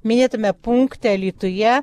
minėtame punkte alytuje